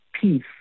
peace